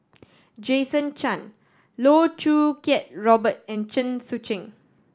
Jason Chan Loh Choo Kiat Robert and Chen Sucheng